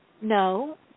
no